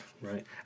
right